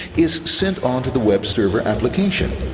is sent on to the web server application.